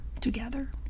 together